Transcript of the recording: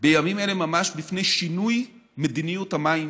בימים אלה ממש בפני שינוי מדיניות המים